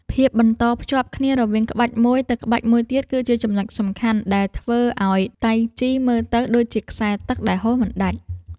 ភាពបន្តភ្ជាប់គ្នារវាងក្បាច់មួយទៅក្បាច់មួយទៀត គឺជាចំណុចសំខាន់ដែលធ្វើឱ្យតៃជីមើលទៅដូចជាខ្សែទឹកដែលហូរមិនដាច់។